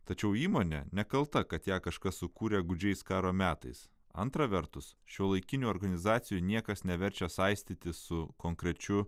tačiau įmonė nekalta kad ją kažkas sukūrė gūdžiais karo metais antra vertus šiuolaikinių organizacijų niekas neverčia saistytis su konkrečiu